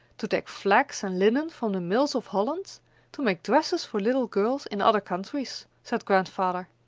to take flax and linen from the mills of holland to make dresses for little girls in other countries, said grandfather.